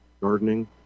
gardening